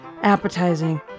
appetizing